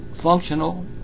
functional